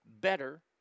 better